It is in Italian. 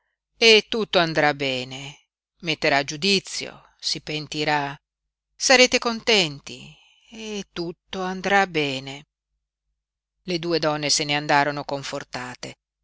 e tutto andrà bene metterà giudizio si pentirà sarete contenti e tutto andrà bene le due donne se ne andarono confortate